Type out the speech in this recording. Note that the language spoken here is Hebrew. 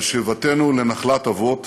על שיבתנו לנחלת אבות